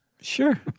Sure